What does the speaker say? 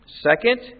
Second